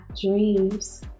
dreams